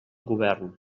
govern